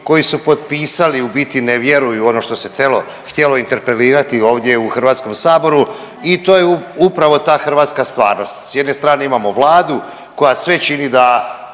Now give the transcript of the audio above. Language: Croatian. koji su potpisani u biti ne vjeruju u ono što se telo, htjelo interpelirati ovdje u HS i to je upravo ta hrvatska stvarnost, s jedne strane imamo Vladu koja sve čini da